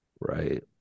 Right